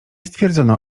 stwierdzono